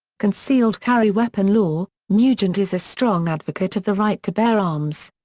concealed carry weapon law nugent is a strong advocate of the right to bear arms.